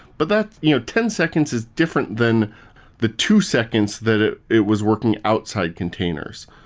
but that you know ten seconds is different than the two seconds that it it was working outside containers.